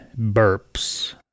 burps